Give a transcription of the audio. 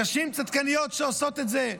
נשים צדקניות שעושות את זה,